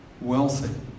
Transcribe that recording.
wealthy